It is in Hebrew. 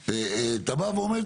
אתה בא ואומר לי,